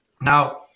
Now